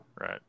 Right